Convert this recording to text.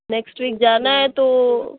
next week جانا ہے تو